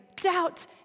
doubt